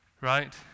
Right